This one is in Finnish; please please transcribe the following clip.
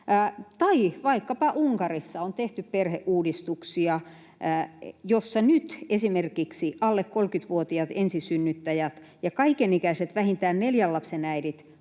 tai vaikkapa Unkarissa on tehty perheuudistuksia, joissa nyt esimerkiksi alle 30-vuotiaat ensisynnyttäjät ja kaikenikäiset vähintään neljän lapsen äidit